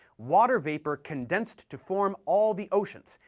water vapor condensed to form all the oceans,